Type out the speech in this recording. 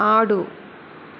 ఆడు